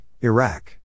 Iraq